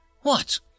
What